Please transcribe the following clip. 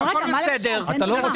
תסביר.